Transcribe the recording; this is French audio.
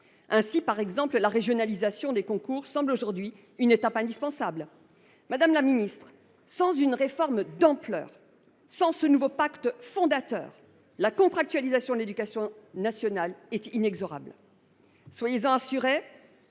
Par exemple, la régionalisation des concours semble aujourd’hui une étape indispensable. Madame la ministre, sans une réforme d’ampleur, sans ce nouveau pacte fondateur, la contractualisation de l’éducation nationale est inexorable. Soyez en assurée,